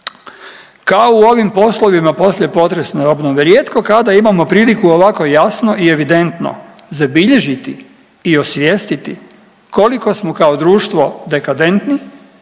kao u ovim poslovima poslije potresnoj obnovi rijetko kada imamo priliku ovako jasno i evidentno zabilježiti i osvijestiti koliko smo kao društvo dekadentni,